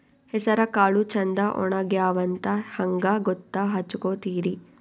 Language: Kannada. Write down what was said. ಹೆಸರಕಾಳು ಛಂದ ಒಣಗ್ಯಾವಂತ ಹಂಗ ಗೂತ್ತ ಹಚಗೊತಿರಿ?